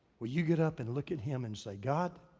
will you get up and look at him and say, god,